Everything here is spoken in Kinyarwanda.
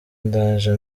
ndaje